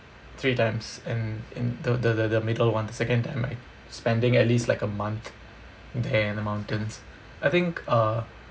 three times and in the the the middle [one] the second time I spending at least like a month there in the mountains I think uh